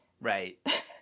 Right